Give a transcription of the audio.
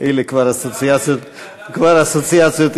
אלה כבר, אסוציאציות היסטוריות.